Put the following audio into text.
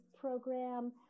Program